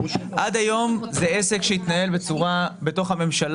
עד היום זה עסק שהתנהל בתוך הממשלה,